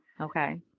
Okay